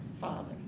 father